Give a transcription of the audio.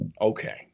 Okay